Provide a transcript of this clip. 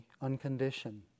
unconditioned